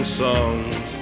songs